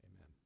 Amen